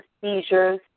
seizures